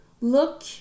look